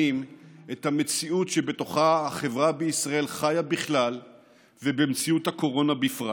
את המציאות שבתוכה החברה בישראל חיה בכלל ובמציאות הקורונה בפרט.